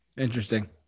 Interesting